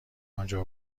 آنجا